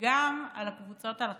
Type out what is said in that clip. גם על הקבוצות החלשות,